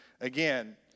again